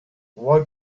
vuoi